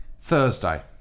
Thursday